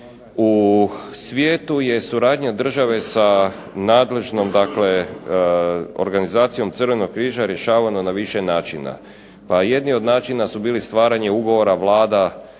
U svijetu je suradnja države sa nadležnom dakle organizacijom Crvenog križa rješavana na više načina. Pa jedni od načina su bili stvaranje ugovora vlada